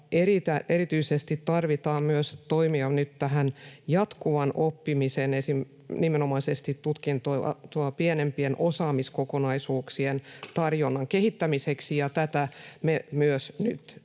Erityisesti tarvitaan nyt toimia myös jatkuvaan oppimiseen nimenomaisesti tutkintoa pienempien osaamiskokonaisuuksien tarjonnan kehittämiseksi, ja myös tätä